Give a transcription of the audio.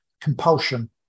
compulsion